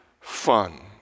fun